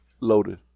Loaded